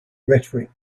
rhetoric